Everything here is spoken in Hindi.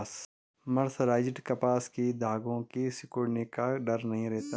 मर्सराइज्ड कपास के धागों के सिकुड़ने का डर नहीं रहता